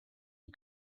you